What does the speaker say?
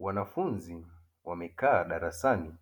Wanafunzi wamekaa darasani